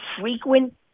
frequent